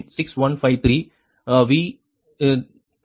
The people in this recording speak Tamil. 6153 V30 1 j 0